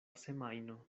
semajno